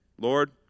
Lord